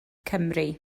cymru